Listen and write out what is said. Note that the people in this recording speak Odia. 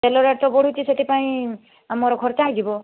ତେଲ ରେଟ ତ ବଢ଼ୁଛି ସେଥିପାଇଁ ଆମର ଖର୍ଚ୍ଚ ହୋଇଯିବ